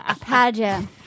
pageant